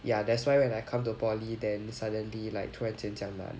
ya that's why when I come to poly then suddenly like 突然间这样难